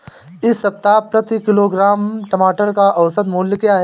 इस सप्ताह प्रति किलोग्राम टमाटर का औसत मूल्य क्या है?